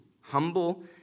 humble